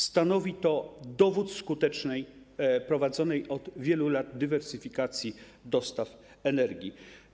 Stanowi to dowód na skutecznie prowadzoną od wielu lat dywersyfikację dostaw energii.